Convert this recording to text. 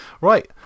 Right